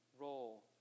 role